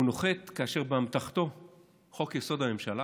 והוא נוחת כאשר באמתחתו חוק-יסוד: הממשלה,